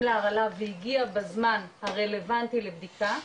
להרעלה והגיעה בזמן הרלבנטי לבדיקה,